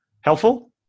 helpful